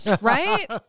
Right